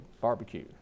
barbecue